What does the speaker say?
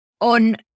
on